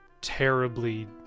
terribly